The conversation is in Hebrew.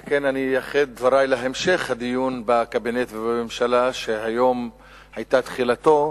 על כן אני אייחד את דברי להמשך הדיון בקבינט ובממשלה שהיום היתה תחילתו,